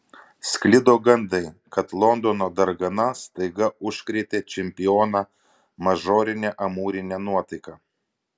sklido gandai kad londono dargana staiga užkrėtė čempioną mažorine amūrine nuotaika